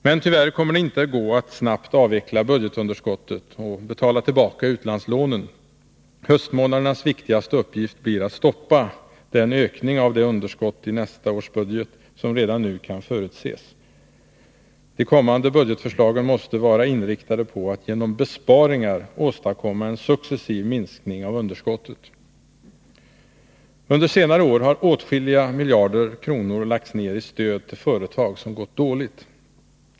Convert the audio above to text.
Men tyvärr kommer det inte att gå att snabbt avveckla budgetunderskottet och betala tillbaka utlandslånen. Höstmånadernas viktigaste uppgift blir att stoppa den ökning av underskottet i nästa budget som redan nu kan förutses. De kommande budgetförslagen måste vara inriktade på att genom besparingar åstadkomma en successiv minskning av underskottet. Under senare år har åtskilliga miljarder kronor lagts ner i stöd till företag som gått dåligt.